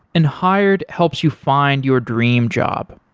and hired helps you find your dream job.